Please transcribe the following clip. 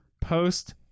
post